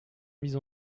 mise